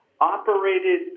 operated